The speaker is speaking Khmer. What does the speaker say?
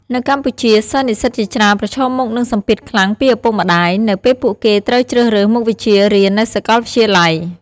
នៅកម្ពុជា សិស្សនិស្សិតជាច្រើនប្រឈមមុខនឹងសម្ពាធខ្លាំងពីឪពុកម្ដាយ នៅពេលពួកគេត្រូវជ្រើសរើសមុខវិជ្ជារៀននៅសាកលវិទ្យាល័យ។